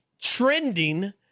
trending